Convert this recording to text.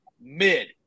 mid